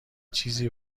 چیزی